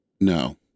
no